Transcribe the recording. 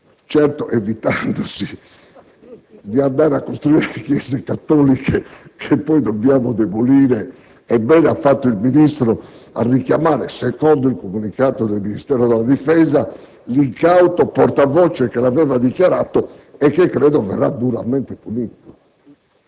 Certo eviterei di andare a costruire chiese cattoliche che poi dobbiamo demolire. In proposito bene ha fatto il Ministro a richiamare - secondo il comunicato del Ministero della difesa - l'incauto portavoce che l'aveva dichiarato e che credo verrà duramente punito.